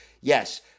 Yes